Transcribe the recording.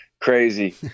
crazy